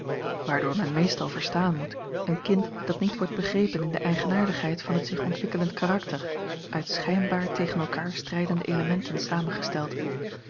waardoor men meestal verstaan moet een kind dat niet wordt begrepen in de eigenaardigheid van het zich ontwikkelend karakter uit schijnbaar tegen elkaar strijdende elementen samengesteld